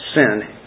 sin